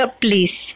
please